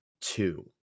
two